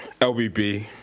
LBB